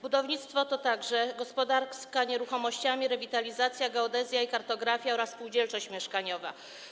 Budownictwo to także gospodarka nieruchomościami, rewitalizacja, geodezja i kartografia oraz spółdzielczość mieszkaniowa.